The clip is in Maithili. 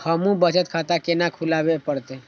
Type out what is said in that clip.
हमू बचत खाता केना खुलाबे परतें?